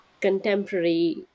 contemporary